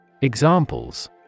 Examples